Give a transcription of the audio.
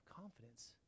confidence